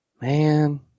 Man